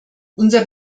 unser